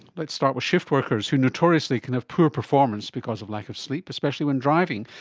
let's start with shift-workers, who notoriously can have poor performance because of lack of sleep, especially when driving.